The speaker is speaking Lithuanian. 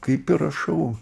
kaip ir rašau